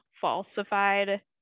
falsified